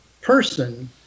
person